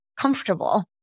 comfortable